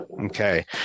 Okay